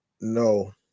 No